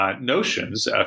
notions